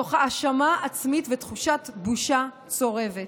תוך האשמה עצמית ותחושת בושה צורבת.